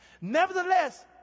Nevertheless